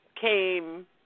came